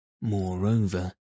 Moreover